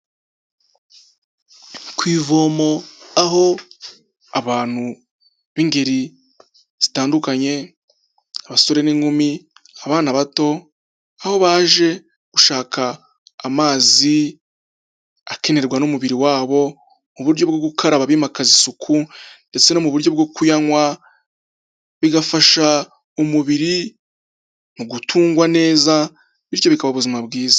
Ku ivomo aho abantu b'ingeri zitandukanye, abasore n'inkumi, abana bato, aho baje gushaka amazi akenerwa n'umubiri wabo mu buryo bwo gukaraba bimakaza isuku ndetse no mu buryo bwo kuyanywa, bigafasha umubiri mu gutungwa neza, bityo bikabaha ubuzima bwiza.